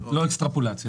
לא אקסטרפולציה.